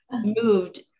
moved